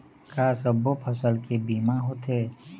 का सब्बो फसल के बीमा होथे?